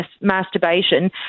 masturbation